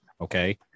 okay